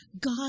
God